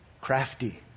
crafty